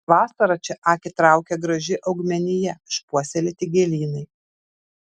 vasarą čia akį traukia graži augmenija išpuoselėti gėlynai